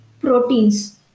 proteins